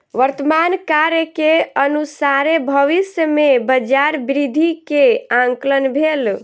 वर्तमान कार्य के अनुसारे भविष्य में बजार वृद्धि के आंकलन भेल